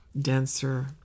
denser